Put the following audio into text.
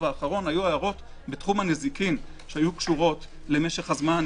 האחרון היו בתחום הנזיקין שהיו קשורות למשך הזמן,